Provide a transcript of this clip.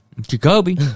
Jacoby